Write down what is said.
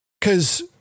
Cause